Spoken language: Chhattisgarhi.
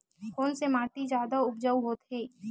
कोन से माटी जादा उपजाऊ होथे?